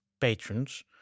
patrons